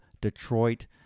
Detroit